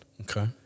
Okay